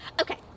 okay